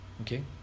okay